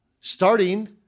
starting